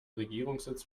regierungssitz